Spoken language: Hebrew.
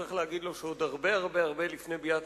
וצריך להגיד לו שעוד הרבה הרבה הרבה לפני ביאת